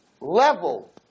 level